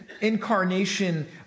incarnation